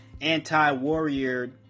anti-Warrior